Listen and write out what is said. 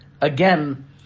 again